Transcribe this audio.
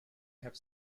have